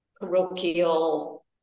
parochial